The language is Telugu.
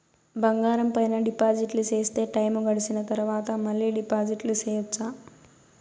బంగారం పైన డిపాజిట్లు సేస్తే, టైము గడిసిన తరవాత, మళ్ళీ డిపాజిట్లు సెయొచ్చా?